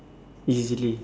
easily